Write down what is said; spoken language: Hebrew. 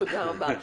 תודה רבה.